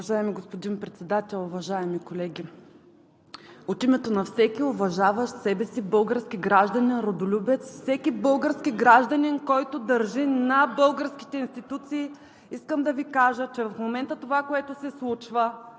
Уважаеми господин Председател, уважаеми колеги! От името на всеки уважаващ себе си български гражданин – родолюбец, всеки български гражданин, който държи на българските институции, искам да Ви кажа, че в момента това, което се случва